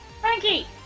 Frankie